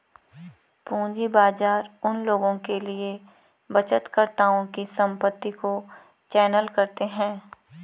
पूंजी बाजार उन लोगों के लिए बचतकर्ताओं की संपत्ति को चैनल करते हैं